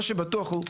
מה שבטוח הוא,